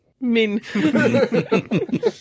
Min